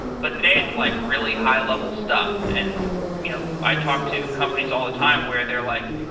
but today it's like really high-level stuff, and you know i talk to companies all the time where there like,